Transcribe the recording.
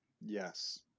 Yes